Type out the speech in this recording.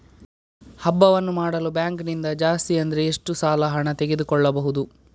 ಹಬ್ಬವನ್ನು ಮಾಡಲು ಬ್ಯಾಂಕ್ ನಿಂದ ಜಾಸ್ತಿ ಅಂದ್ರೆ ಎಷ್ಟು ಸಾಲ ಹಣ ತೆಗೆದುಕೊಳ್ಳಬಹುದು?